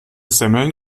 semmeln